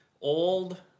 old